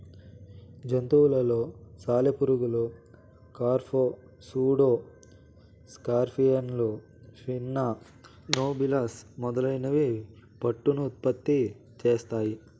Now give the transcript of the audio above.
జంతువులలో సాలెపురుగులు, కార్ఫ్, సూడో స్కార్పియన్లు, పిన్నా నోబిలస్ మొదలైనవి పట్టును ఉత్పత్తి చేస్తాయి